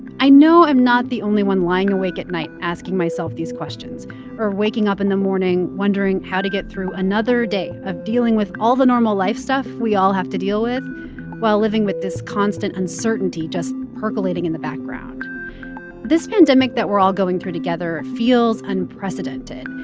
i know i'm not the only one lying awake at night asking myself these questions or waking up in the morning wondering how to get through another day of dealing with all the normal life stuff we all have to deal with while living with this constant uncertainty just percolating in the background this pandemic that we're all going through together feels unprecedented,